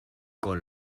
con